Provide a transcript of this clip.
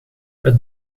het